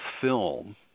film